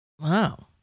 Wow